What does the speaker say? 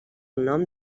nom